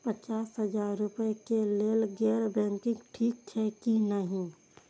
पचास हजार रुपए के लेल गैर बैंकिंग ठिक छै कि नहिं?